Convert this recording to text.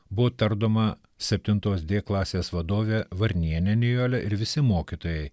buvo tardoma septintos dė klasės vadovė varnienė nijolė ir visi mokytojai